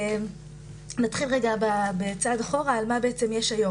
נתחיל בצעד אחורה, מה יש היום.